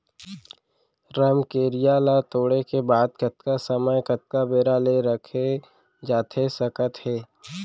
रमकेरिया ला तोड़े के बाद कतका समय कतका बेरा ले रखे जाथे सकत हे?